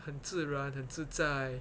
很自然很自在